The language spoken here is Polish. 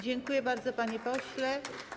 Dziękuję bardzo, panie pośle.